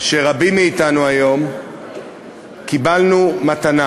שרבים מאתנו היום קיבלו מתנה.